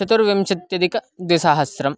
चतुर्विंशत्यधिकद्विसहस्रम्